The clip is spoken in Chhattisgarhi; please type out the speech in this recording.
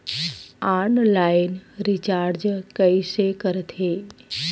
ऑनलाइन रिचार्ज कइसे करथे?